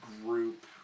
group